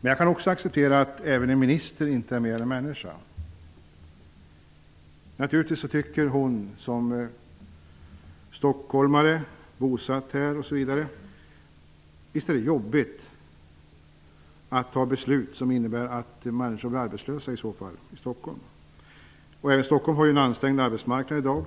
Jag kan också acceptera att även en minister inte är mer än människa. Naturligtvis tycker hon, som är stockholmare och som också är bosatt i Stockholm, att det är jobbigt att fatta beslut som innebär att människor i Stockholm blir arbetslösa. Även Stockholm har en ansträngd arbetsmarknad i dag,